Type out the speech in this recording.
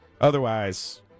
Otherwise